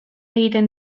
egiten